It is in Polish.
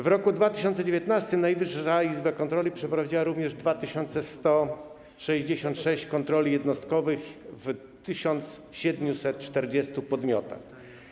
W roku 2019 Najwyższa Izba Kontroli przeprowadziła również 2166 kontroli jednostkowych w 1740 podmiotach.